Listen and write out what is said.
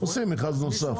עושים מכרז נוסף.